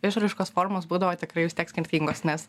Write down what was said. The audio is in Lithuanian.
išraiškos formos būdavo tikrai vis tiek skirtingos nes